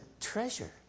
treasure